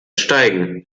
steigen